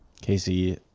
Casey